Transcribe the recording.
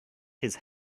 his